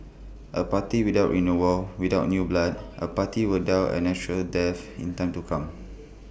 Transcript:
A party without renewal without new blood A party will die A natural death in time to come